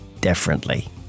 differently